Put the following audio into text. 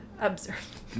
Observe